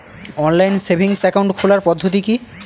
Online savings account খোলার পদ্ধতি কি?